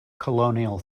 colonial